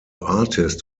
artist